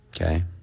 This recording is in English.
Okay